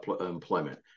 employment